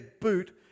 boot